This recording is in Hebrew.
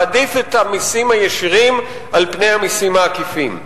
להעדיף את המסים הישירים על פני המסים העקיפים.